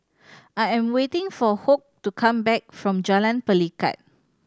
I am waiting for Hoke to come back from Jalan Pelikat